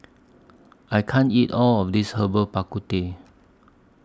I can't eat All of This Herbal Bak Ku Teh